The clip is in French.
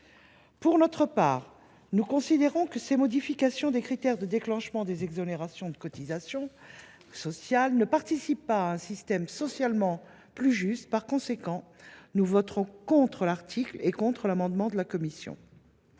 Pour notre part, nous considérons que ces modifications des critères de déclenchement des exonérations de cotisations sociales ne participent pas d’un système socialement plus juste. Par conséquent, nous voterons contre l’article et contre l’amendement de la commission.